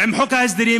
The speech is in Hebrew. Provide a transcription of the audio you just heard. ועם חוק ההסדרים,